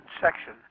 section